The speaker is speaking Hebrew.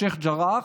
לשייח' ג'ראח,